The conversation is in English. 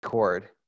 record